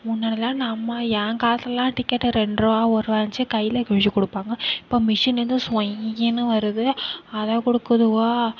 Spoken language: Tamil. முன்னாடிலாம் நம்ம என் காலத்துலலாம் டிக்கெட்டு ரெண்டு ருபா ஒருபா இருந்ச்சி கையில் கிழித்து கொடுப்பாங்க இப்போ மிஷின் சொய்யின்னு வருது அதை கொடுக்குதுவோ